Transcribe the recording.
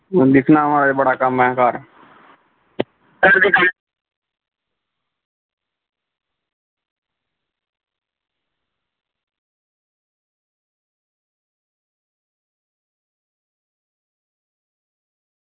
दिक्खना बड़ा कम्म ऐ घर